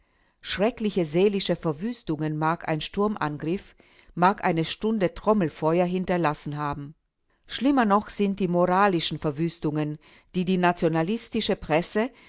schreckliche seelische verwüstungen mag ein sturmangriff mag eine stunde trommelfeuer hinterlassen haben schlimmer noch sind die moralischen verwüstungen die die nationalistische presse